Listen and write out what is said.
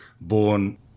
born